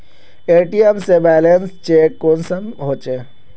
ATM से balance check कुंसम होचे?